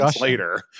later